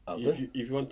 apa